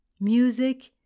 music